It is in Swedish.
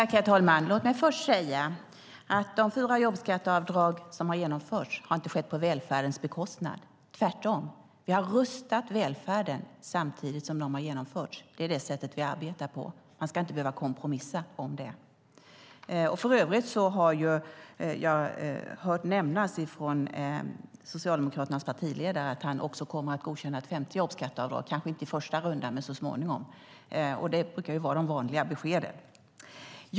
Herr talman! Låt mig först säga att de fyra jobbskatteavdrag som har genomförts inte har skett på välfärdens bekostnad. Tvärtom har vi rustat välfärden samtidigt som avdragen har genomförts. Det är det sätt vi arbetar på. Man ska inte behöva kompromissa om välfärden. För övrigt har jag hört nämnas från Socialdemokraternas partiledare att han också kommer att godkänna ett femte jobbskatteavdrag, kanske inte i första rundan men så småningom. Det brukar vara de vanliga beskeden.